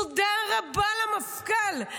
תודה רבה למפכ"ל.